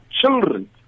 children